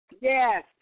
Yes